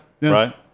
Right